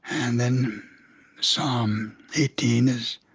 and then psalm eighteen is